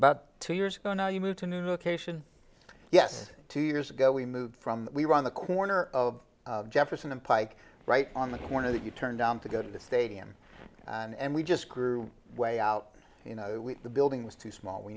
but two years ago now you moved to new location yes two years ago we moved from we were on the corner of jefferson and pike right on the corner that you turned down to go to the stadium and we just grew way out you know the building was too small we